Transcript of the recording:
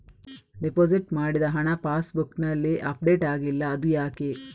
Deposit ಮಾಡಿದ ಹಣ ಪಾಸ್ ಬುಕ್ನಲ್ಲಿ ಅಪ್ಡೇಟ್ ಆಗಿಲ್ಲ ಅದು ಯಾಕೆ?